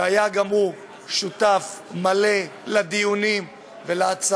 שהיה גם הוא שותף מלא לדיונים ולהצעות